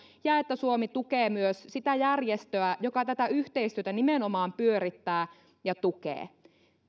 ja että suomi tukee myös sitä järjestöä joka tätä yhteistyötä nimenomaan pyörittää ja tukee